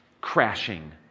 crashing